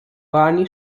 barney